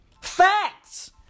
Facts